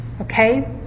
Okay